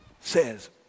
says